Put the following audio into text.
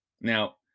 Now